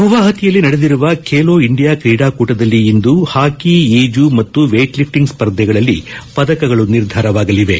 ಗುವಾಹತಿಯಲ್ಲಿ ನಡೆದಿರುವ ಖೇಲೋ ಇಂಡಿಯಾ ಕ್ರೀಡಾಕೂಟದಲ್ಲಿ ಇಂದು ಹಾಕಿ ಈಜು ಮತ್ತು ವೈಟ್ಲಿಫ್ಸಿಂಗ್ ಸ್ಪರ್ಧೆಫಗಳಲ್ಲಿ ಪದಕಗಳು ನಿರ್ಧಾರವಾಗಲಿವೆ